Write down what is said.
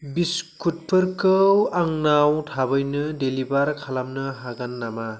बिस्कुटफोरखौ आंनाव थाबैनो डेलिभार खालामनो हागोन नामा